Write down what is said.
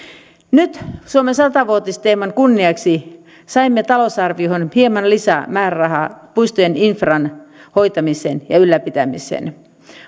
nyt suomen sata vuotisteeman kunniaksi saimme talousarvioon hieman lisää määrärahaa puistojen infran hoitamiseen ja ylläpitämiseen